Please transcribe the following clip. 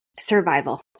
survival